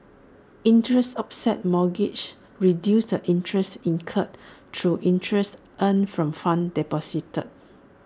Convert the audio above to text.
interest offset mortgages reduces the interest incurred through interest earned from funds deposited